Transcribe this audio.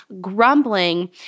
grumbling